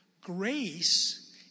grace